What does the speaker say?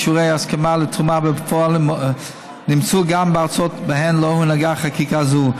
ושיעורי הסכמה לתרומה בפועל נמצאו גם בארצות שבהן לא הונהגה חקיקה זו.